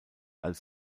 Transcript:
als